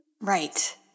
Right